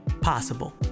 possible